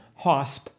HOSP